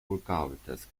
vokabeltest